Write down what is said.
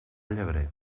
llebrer